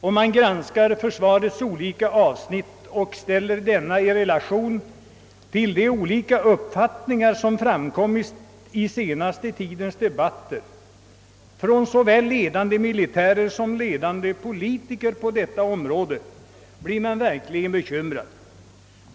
Om man granskar försvarets olika avsnitt och ställer försvarets kostnader och omfattning i relation till de olika uppfattningar som under den senaste tidens debatter framförts såväl av 1ledande militärer som av ledande politiker på detta område, så blir man verkligen bekymrad.